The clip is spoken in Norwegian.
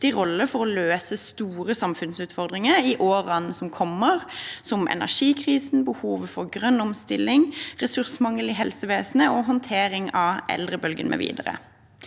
for å løse store samfunnsutfordringer i årene som kommer, som energikrisen, behovet for grønn omstilling, ressursmangel i helsevesenet, håndtering av eldrebølgen mv.